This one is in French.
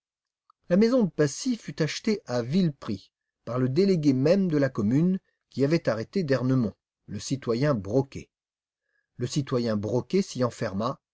la maison de passy fut achetée à vil prix par le délégué même de la commune qui avait arrêté d'ernemont le citoyen broquet le citoyen broquet